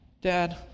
Dad